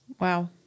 Wow